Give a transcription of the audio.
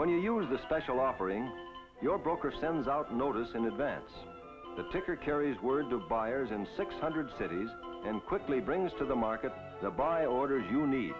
when you use the special offering your broker sends out notice in advance the ticker carries word to buyers in six hundred cities and quickly brings to the market the buy order you need